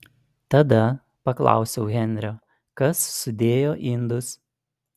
tada paklausiau henrio kas sudėjo indus